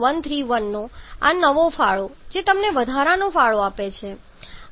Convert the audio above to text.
131 નો આ નવો ફાળો જે તમને વધારાનો ફાળો આપે છે અને તે હવે 1